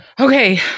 Okay